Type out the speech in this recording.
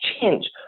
change